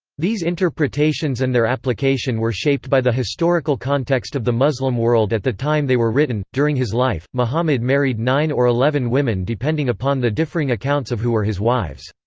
these interpretations and their application were shaped by the historical context of the muslim world at the time they were written during his life, muhammad married nine or eleven women depending upon the differing accounts of who were his wives.